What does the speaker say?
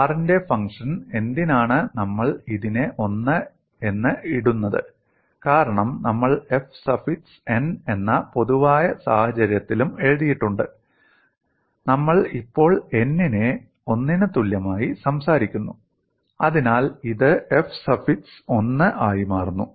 R ന്റെ function എന്തിനാണ് നമ്മൾ ഇതിനെ 1 എന്ന് ഇടുന്നത് കാരണം നമ്മൾ f സഫിക്സ് n എന്ന പൊതുവായ സാഹചര്യത്തിലും എഴുതിയിട്ടുണ്ട് നമ്മൾ ഇപ്പോൾ n നെ 1 ന് തുല്യമായി സംസാരിക്കുന്നു അതിനാൽ ഇത് f സഫിക്സ് 1 ആയി മാറുന്നു